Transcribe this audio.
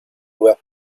were